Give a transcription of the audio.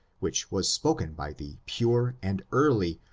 which was spoken by the pure and early,